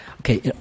Okay